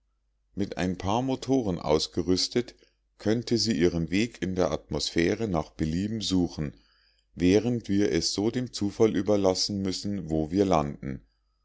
mit ein paar motoren ausgerüstet könnte sie ihren weg in der atmosphäre nach belieben suchen während wir es so dem zufall überlassen müssen wo wir landen